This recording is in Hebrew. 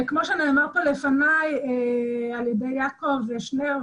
כמו שנאמר כאן על ידי יעקב שנרב,